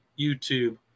YouTube